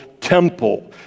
temple